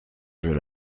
jeu